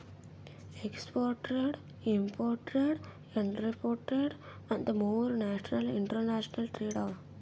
export trade, import trade, entrepot trade ಅಂತ್ ಮೂರ್ international trade ಅವಾ